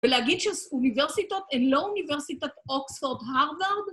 ולהגיד שאוניברסיטאות הן לא אוניברסיטאות אוקספורד, הרווארד